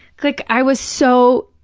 like i was so.